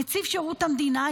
נציב שירות המדינה,